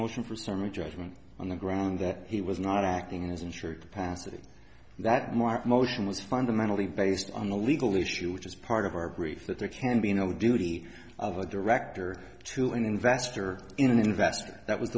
motion for summary judgment on the ground that he was not acting as insured passy that mark motion was fundamentally based on the legal issue which is part of our brief that there can be no duty of a director to an investor in an investor that was